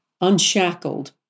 unshackled